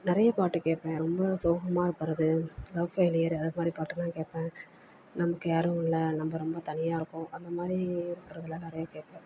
நிறையா பாட்டு கேட்பேன் ரொம்ப சோகமாக இருக்கிறது லவ் ஃபெய்லியர் அது மாதிரி பாட்டு தான் கேட்பேன் நமக்கு யாரும் இல்லை நம்ப ரொம்ப தனியாக இருக்கோம் அந்த மாதிரி இருக்கிறதுலாம் நிறையா கேட்பேன்